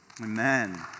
Amen